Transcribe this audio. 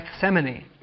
Gethsemane